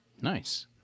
Nice